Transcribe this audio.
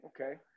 Okay